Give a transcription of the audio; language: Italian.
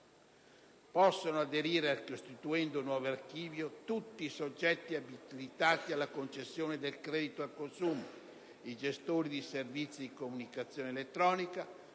Possono aderire al costituendo nuovo archivio tutti i soggetti abilitati alla concessione del credito al consumo, i gestori di servizi di comunicazione elettronica,